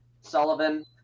Sullivan